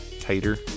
Tighter